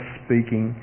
speaking